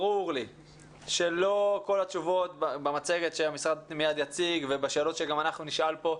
ברור לי שלא כל התשובות במצגת שהמשרד מיד יציג ובשאלות שאנחנו נשאל כאן,